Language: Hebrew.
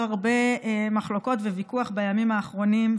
הרבה מחלוקות וויכוח בימים האחרונים,